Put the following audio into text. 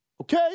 Okay